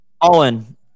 Owen